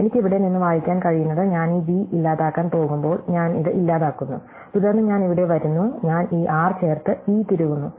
എനിക്ക് ഇവിടെ നിന്ന് വായിക്കാൻ കഴിയുന്നത് ഞാൻ ഈ v ഇല്ലാതാക്കാൻ പോകുമ്പോൾ ഞാൻ ഇത് ഇല്ലാതാക്കുന്നു തുടർന്ന് ഞാൻ ഇവിടെ വരുന്നു ഞാൻ ഈ r ചേർത്ത് e തിരുകുന്നു